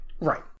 Right